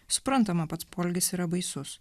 suprantama pats poelgis yra baisus